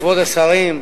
כבוד השרים,